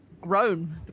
grown